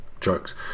jokes